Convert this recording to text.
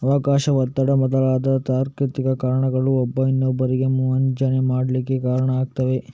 ಅವಕಾಶ, ಒತ್ತಡ ಮೊದಲಾದ ತಾರ್ಕಿಕ ಕಾರಣಗಳು ಒಬ್ಬ ಇನ್ನೊಬ್ಬರಿಗೆ ವಂಚನೆ ಮಾಡ್ಲಿಕ್ಕೆ ಕಾರಣ ಆಗ್ತವೆ